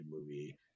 movie